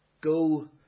go